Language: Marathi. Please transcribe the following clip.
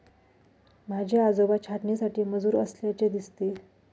माझे आजोबा छाटणीसाठी मजूर असल्याचे दिसते